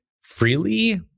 freely